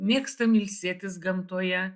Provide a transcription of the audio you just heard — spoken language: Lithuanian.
mėgstam ilsėtis gamtoje